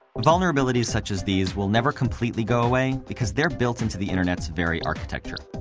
vulnerabilities such as these will never completely go away, because they're built into the internet's very architecture.